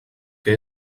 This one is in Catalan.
que